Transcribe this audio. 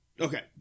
Okay